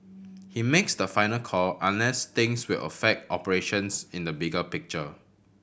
he makes the final call unless things will affect operations in the bigger picture